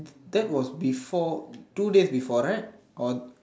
that was before two days before right